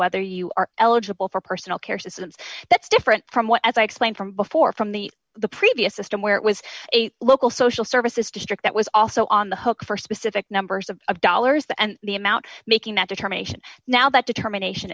whether you are eligible for personal care systems that's different from what as i explained from before from the the previous system where it was a local social services district that was also on the hook for specific numbers of dollars and the amount making that determination now that determination